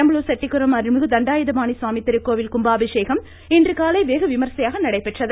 பெரம்பலூர் செட்டிக்குளம் அருள்மிகு தண்டாயுதபானி சுவாமி திருக்கோவில் கும்பாபிஷேகம் இன்றுகாலை வெகுவிமரிசையாக நடைபெற்றது